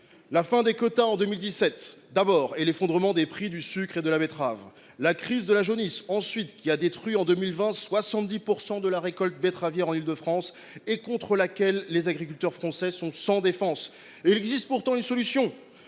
la fin des quotas en 2017, et l’effondrement des prix du sucre et de la betterave. Vient ensuite la crise de la jaunisse, qui a détruit 70 % de la récolte betteravière en Île de France en 2020 et contre laquelle les agriculteurs français sont sans défense. Il existe pourtant une solution